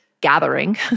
gathering